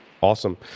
Awesome